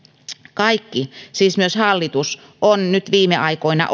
kaikki siis myös hallitus ovat nyt viime aikoina